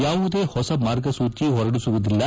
ಯಾವುದೇ ಹೊಸ ಮಾರ್ಗಸೂಜ ಹೊರಡಿಸುವುದಿಲ್ಲ